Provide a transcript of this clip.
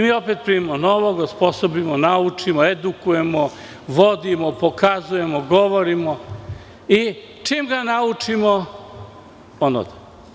Mi opet primimo novog, osposobimo, naučimo, edukujemo, vodimo, pokazujemo, govorimo i čim ga naučimo – on ode.